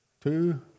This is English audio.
two